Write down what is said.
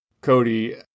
cody